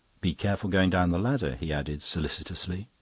be careful going down the ladder, he added solicitously.